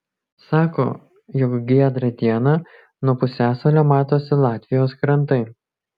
sako jog giedrą dieną nuo pusiasalio matosi latvijos krantai